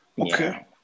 okay